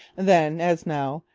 then, as now,